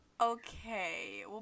okay